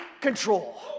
control